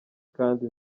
kandi